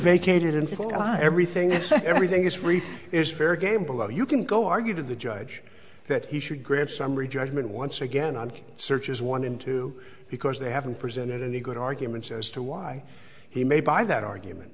informed on everything and everything is free is fair game below you can go argue to the judge that he should grant summary judgment once again on searches one in two because they haven't presented any good arguments as to why he may buy that argument